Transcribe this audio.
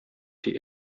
die